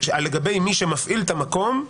לגבי מי שמפעיל את המקום.